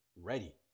ready